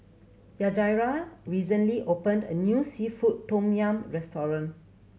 Yajaira recently opened a new seafood tom yum restaurant